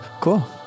Cool